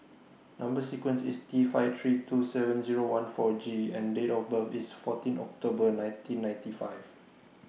Number sequence IS T five three two seven Zero one four G and Date of birth IS fourteen October nineteen fifty five